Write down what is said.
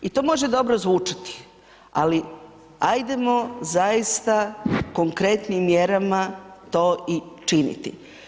I to može dobro zvučati ali ajdemo zaista konkretnim mjerama to i činiti.